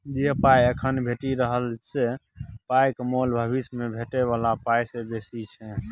जे पाइ एखन भेटि रहल से पाइक मोल भबिस मे भेटै बला पाइ सँ बेसी छै